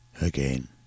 again